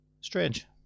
Strange